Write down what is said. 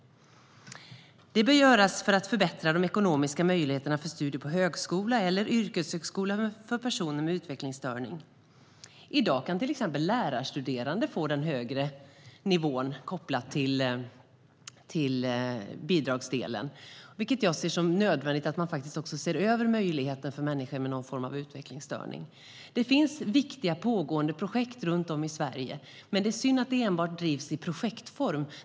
Det bör göras för att förbättra de ekonomiska möjligheterna för studier på högskola eller yrkeshögskola för personer med utvecklingsstörning. I dag kan till exempel lärarstuderande få den högre nivån på bidragsdelen, och jag ser det som nödvändigt att man också ser över denna möjlighet för människor med någon form av utvecklingsstörning. Det pågår viktiga projekt runt om i Sverige, men det är synd att de enbart drivs i projektform.